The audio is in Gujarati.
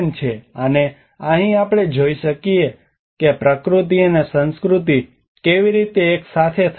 અને અહીં આપણે જોઈ શકીએ છીએ કે પ્રકૃતિ અને સંસ્કૃતિ કેવી રીતે એક સાથે થઈ શકે છે